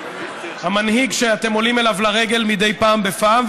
המנהיג שאתם עולים אליו לרגל מדי פעם בפעם,